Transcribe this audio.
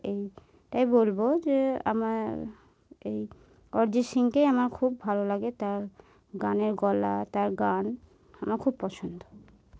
এইটাই বলবো যে আমার এই অরিজিৎ সিংকেই আমার খুব ভালো লাগে তার গানের গলা তার গান আমার খুব পছন্দ